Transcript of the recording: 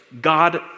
God